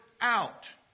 out